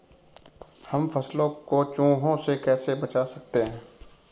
हम फसलों को चूहों से कैसे बचा सकते हैं?